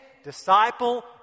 Disciple